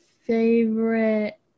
favorite